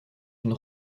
une